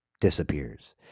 Disappears